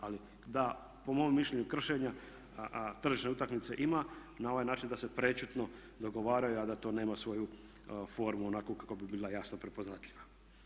Ali da, po mom mišljenju kršenja tržišne utakmice ima na ovaj način da se prečutno dogovaraju, a da to nema svoju formu onako kako bi bila jasno prepoznatljiva.